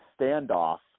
standoff